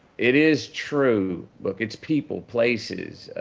it is true. look, it's people, places,